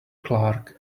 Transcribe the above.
clark